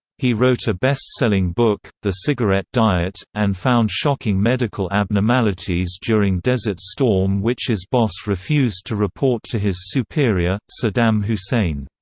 he wrote a bestselling book, the cigarette diet, and found shocking medical abnormalities during desert storm which his boss refused to report to his superior, saddam hussein.